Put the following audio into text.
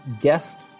guest